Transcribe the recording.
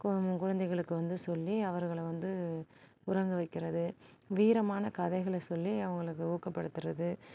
குழந்தைங்களுக்கு வந்து சொல்லி அவர்களை வந்து உறங்க வைக்கிறது வீரமான கதைகளை சொல்லி அவங்களுக்கு ஊக்கப்படுத்தறது